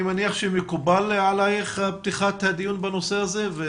אני מניח שמקובל עלייך פתיחת הדיון בנושא הזה.